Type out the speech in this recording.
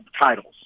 titles